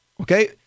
Okay